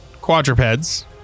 quadrupeds